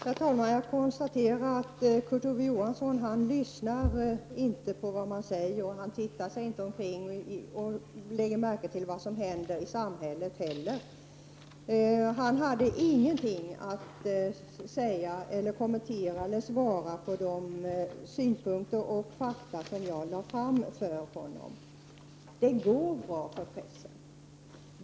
Herr talman! Jag konstaterar att Kurt Ove Johansson inte lyssnar på vad man säger och att han inte heller tittar sig omkring och lägger märke till vad som händer i samhället. Han hade inget att säga som kommentar till de synpunkter och fakta som jag lade fram för honom. Det går bra för pressen.